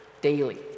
daily